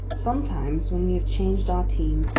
sometimes, when we have changed our team,